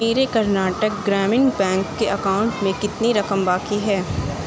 میرے Karnataka Gramin bank account میں کتنی رقم باقی ہے